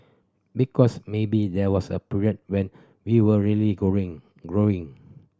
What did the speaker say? because maybe there was a period when we were really growing